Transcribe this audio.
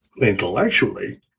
intellectually